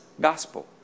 gospel